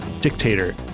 Dictator